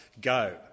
Go